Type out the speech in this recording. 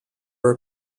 are